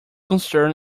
concern